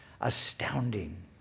astounding